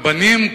כשרבנים,